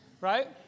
right